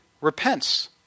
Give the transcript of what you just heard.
repents